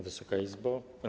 Wysoka Izbo!